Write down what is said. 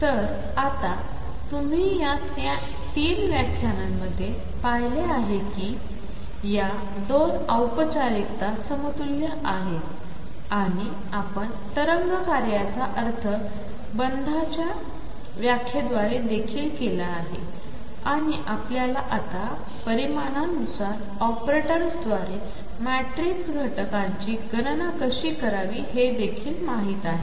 तर आता तुम्ही या तीन व्याख्यानांमध्ये पहिले आहे की या 2 औपचारिकता समतुल्य आहेत आणि आपण तरंग कार्याचा अर्थ बंधांच्या व्याख्याद्वारे देखील केला आहे आणि आपल्याला आता परिमाणांनुसार ऑपरेटरद्वारे मॅट्रिक्स घटकांची गणना कशी करावी हे देखील माहित आहे